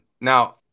Now